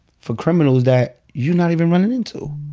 for criminals that you not even runnin' into.